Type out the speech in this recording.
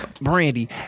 Brandy